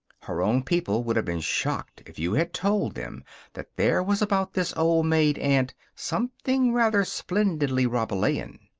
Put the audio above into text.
her own people would have been shocked if you had told them that there was about this old-maid aunt something rather splendidly rabelaisian.